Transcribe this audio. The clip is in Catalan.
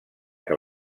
que